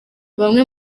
bamwe